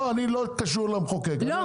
לא, אני לא קשור למחוקק, עכשיו אני מחוקק.